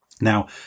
Now